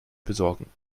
besorgen